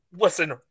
Listen